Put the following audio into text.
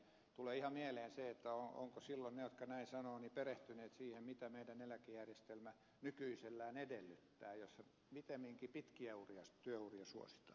tulee ihan mieleen se ovatko silloin ne jotka näin sanovat perehtyneet siihen mitä meidän eläkejärjestelmämme nykyisellään edellyttää jossa pikemminkin pitkiä työuria suositaan